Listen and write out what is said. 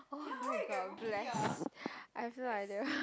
oh I got blessed I have no idea